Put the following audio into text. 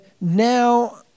now